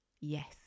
Yes